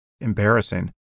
embarrassing